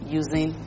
using